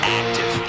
active